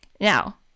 Now